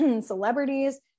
celebrities